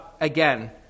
Again